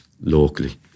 locally